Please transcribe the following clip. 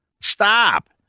Stop